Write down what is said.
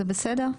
זה בסדר?